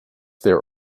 there